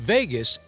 Vegas